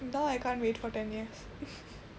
now I can't wait for ten years